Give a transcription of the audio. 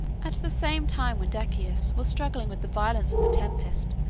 at the same time when decius was struggling with the violence of the tempest,